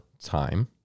time